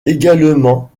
également